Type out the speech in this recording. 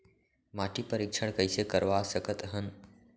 माटी परीक्षण कइसे करवा सकत हन?